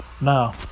Now